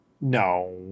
No